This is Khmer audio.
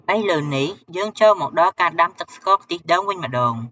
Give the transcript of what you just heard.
ឥឡូវនេះ យើងចូលមកដល់ការដាំទឹកស្ករខ្ទិះដូងវិញម្ដង។